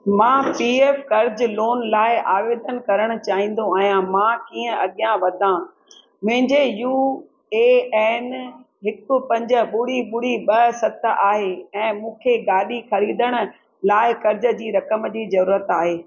मां P F कर्ज loan लाइ आवेदन करणु चाहिंदो आहियां मां कींअं अॻियां वधां मुंहिंजो यू ए एन हिकु पंज ॿुड़ी ॿुड़ी ॿ सत आहे ऐं मूंखे गाॾी ख़रीदण लाइ कर्ज जी रक़म जी जरूरत आहे